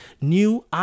new